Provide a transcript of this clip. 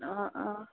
অঁ অঁ